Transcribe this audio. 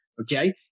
Okay